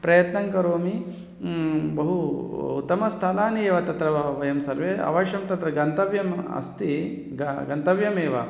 प्रयत्नं करोमि बहु उत्तमस्थलानि एव तत्र वयं सर्वे अवश्यं तत्र गन्तव्यम् अस्ति ग गन्तव्यमेव